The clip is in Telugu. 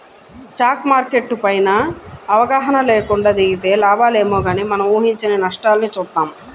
స్టాక్ మార్కెట్టు పైన అవగాహన లేకుండా దిగితే లాభాలేమో గానీ మనం ఊహించని నష్టాల్ని చూత్తాం